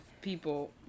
people